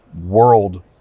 world